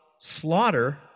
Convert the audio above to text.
slaughter